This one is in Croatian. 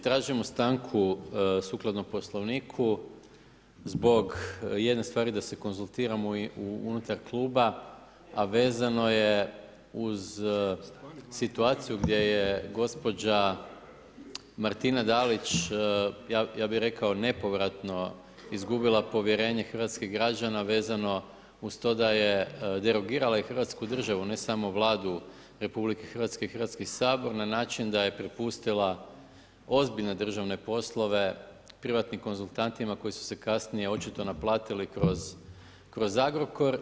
Tražimo stanku sukladno Poslovniku zbog jedne stvari da se konzultiramo unutar kluba a vezano je uz situaciju gdje je gospođa Martina Dalić, ja bih rekao nepovratno izgubila povjerenje hrvatskih građana vezano uz to da je derogirala i Hrvatsku državu, ne samo Vladu RH i Hrvatski sabor na način da je prepustila ozbiljne državne poslove privatnim konzultantima koji su se kasnije očito naplatili kroz Agrokor.